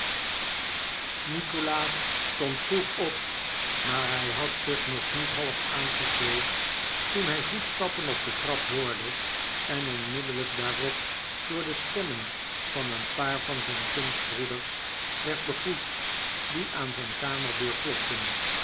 nikolaas stond vroeg op maar hij had zich nog niet half aangekleed toen hij voetstappen op de trap hoorde en onmiddellijk daarop door de stemmen van een paar van zijn kunstbroeders werd begroet die aan zijn kamerdeur klopten